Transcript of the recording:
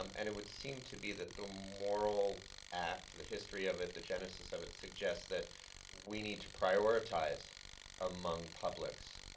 um and it would seem to be that the moral act, the history of it, the genesis of it, suggests that we need to prioritize among publics,